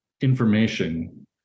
information